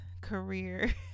career